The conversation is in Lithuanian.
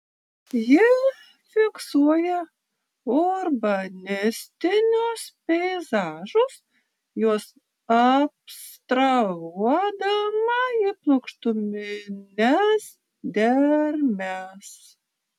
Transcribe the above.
ji fiksuoja urbanistinius peizažus juos abstrahuodama į plokštumines dermes